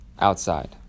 outside